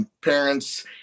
parents